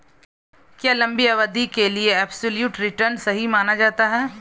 क्या लंबी अवधि के लिए एबसोल्यूट रिटर्न सही माना जाता है?